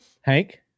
Hank